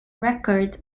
records